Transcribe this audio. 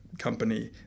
company